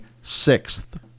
sixth